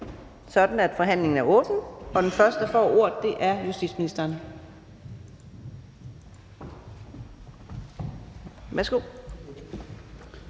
sådan, at forhandlingen er åbnet, og den første, der får ordet, er justitsministeren.